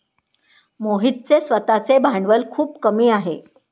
मोहितचे स्वतःचे भांडवल खूप कमी आहे